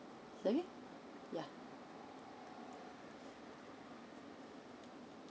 is okay yeah